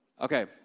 Okay